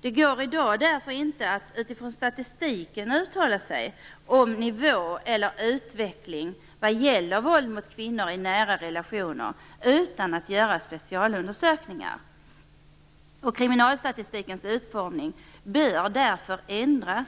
Det går därför inte i dag att utifrån statistiken uttala sig om nivå eller utveckling vad gäller våld mot kvinnor i nära relationer utan att göra specialundersökningar. Kriminalstatistikens utformning bör därför ändras.